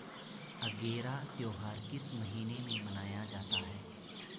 अगेरा त्योहार किस महीने में मनाया जाता है?